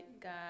God